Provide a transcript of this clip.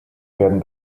werden